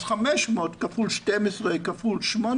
אז 500 כפול 12 כפול 8,